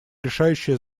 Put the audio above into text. решающее